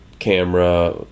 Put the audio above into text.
camera